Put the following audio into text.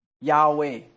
Yahweh